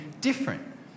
different